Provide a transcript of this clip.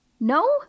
No